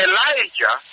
Elijah